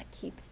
keep